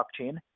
blockchain